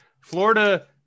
Florida